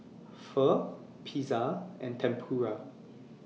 Pho Pizza and Tempura